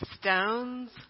stones